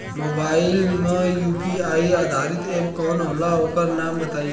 Mobile म UPI आधारित app कौन होला ओकर नाम बताईं?